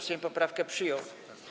Sejm poprawkę przyjął.